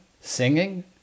Singing